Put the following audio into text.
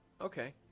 okay